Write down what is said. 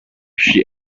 she